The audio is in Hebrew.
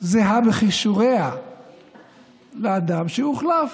זהה בכישוריה לאדם שיוחלף.